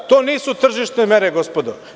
To nisu tržišne mere gospodo.